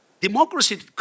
Democracy